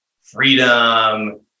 freedom